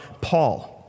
Paul